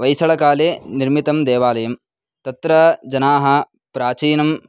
वैसळकाले निर्मितं देवालयं तत्र जनाः प्राचीनं